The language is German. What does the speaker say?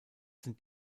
sind